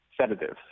sedatives